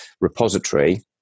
repository